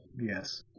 Yes